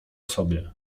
sobie